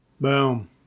Boom